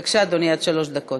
בבקשה, אדוני, עד שלוש דקות.